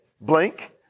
blank